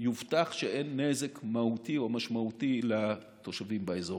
יובטח שאין נזק מהותי או משמעותי לתושבים באזור.